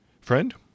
Friend